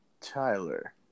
Tyler